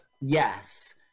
Yes